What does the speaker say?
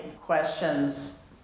questions